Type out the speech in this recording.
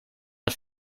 het